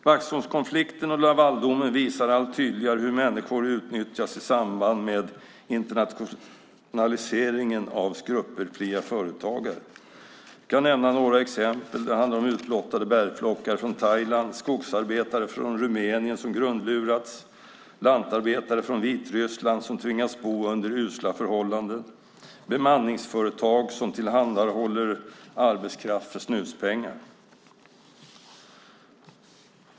Vaxholmskonflikten och Lavaldomen visar allt tydligare hur människor utnyttjas i samband med internationaliseringen av skrupelfria företagare. Jag kan nämna några exempel. Det handlar om utblottade bärplockare från Thailand, skogsarbetare från Rumänien som grundlurats, lantarbetare från Vitryssland som tvingats bo under usla förhållanden och bemanningsföretag som tillhandahåller arbetskraft för snuspengar.